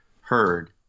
heard